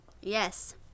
Yes